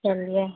चलिए